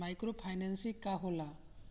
Micro financing का होला?